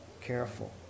careful